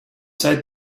said